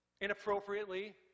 inappropriately